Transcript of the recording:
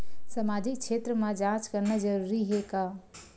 सामाजिक क्षेत्र म जांच करना जरूरी हे का?